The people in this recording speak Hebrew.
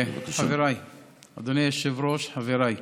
אדוני היושב-ראש, חבריי,